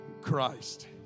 Christ